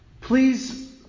please